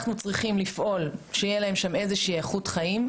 צריכים לפעול שתהיה להם איזושהי איכות חיים,